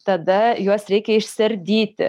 tada juos reikia išsiardyti